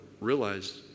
realized